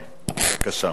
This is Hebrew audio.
בבקשה.